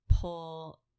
pull